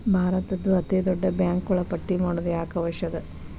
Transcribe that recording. ಭಾರತದ್ದು ಅತೇ ದೊಡ್ಡ ಬ್ಯಾಂಕುಗಳ ಪಟ್ಟಿ ಮಾಡೊದು ಯಾಕ್ ಅವಶ್ಯ ಅದ?